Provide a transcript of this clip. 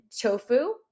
tofu